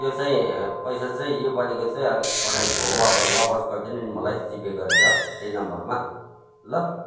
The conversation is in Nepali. त्यो चाहिँ पैसा चाहिँ योपालिको चाहिँ अलिक पठाई वाप वापस गरिदिनु नि मलाई जिपे गरेर यही नम्बरमा ल